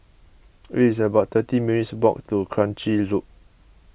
it's about thirty minutes' walk to Kranji Loop